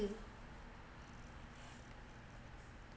mm